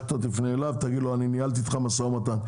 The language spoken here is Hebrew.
שאתה תפנה אליו ותגיד לו: ניהלתי איתך משא ומתן.